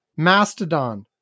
mastodon